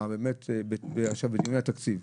ועכשיו בדיוני התקציב,